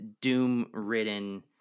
doom-ridden